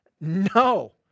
No